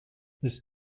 this